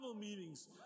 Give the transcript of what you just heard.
meetings